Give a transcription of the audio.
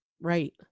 Right